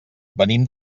venim